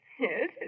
Yes